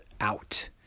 out